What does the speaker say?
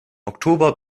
oktober